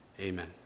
Amen